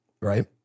right